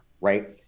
Right